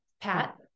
Pat